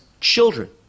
children